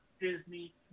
Disney